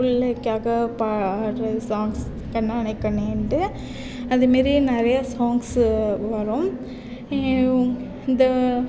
பிள்ளைக்காக பாடுகிற சாங்ஸ் கண்ணானே கண்ணேன்ட்டு அதே மாரி நிறைய சாங்ஸ்ஸு வரும் இந்த